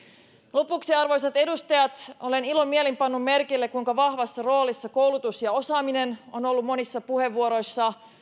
lopuksi arvoisat edustajat olen ilomielin pannut merkille kuinka vahvassa roolissa koulutus ja osaaminen ovat olleet monissa puheenvuoroissa